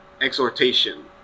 exhortation